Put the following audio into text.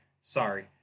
Sorry